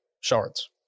shards